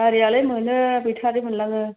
गारियालाय मोनो बेटारी मोनलाङो